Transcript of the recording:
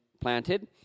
planted